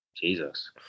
Jesus